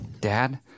Dad